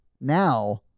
now